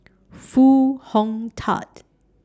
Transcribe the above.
Foo Hong Tatt